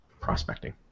prospecting